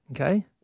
Okay